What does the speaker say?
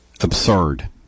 absurd